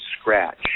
scratch